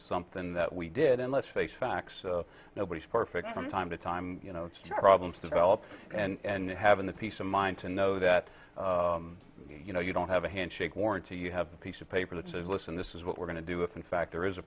something that we did and let's face facts nobody's perfect from time to time problems develop and having the peace of mind to know that you know you don't have a handshake warranty you have a piece of paper that says listen this is what we're going to do if in fact there is a